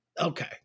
Okay